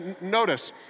Notice